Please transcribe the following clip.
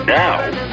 now